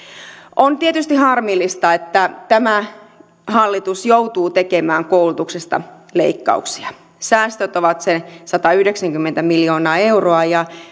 on tietysti harmillista että tämä hallitus joutuu tekemään koulutuksesta leikkauksia säästöt ovat satayhdeksänkymmentä miljoonaa euroa ja